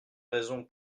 raison